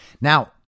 Now